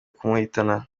kumuhitana